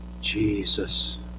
Jesus